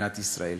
במדינת ישראל.